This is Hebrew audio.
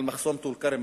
מדובר במחסום טול-כרם,